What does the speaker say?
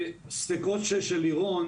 הספקות של לירון,